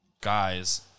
guys